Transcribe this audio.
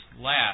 last